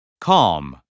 calm